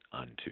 unto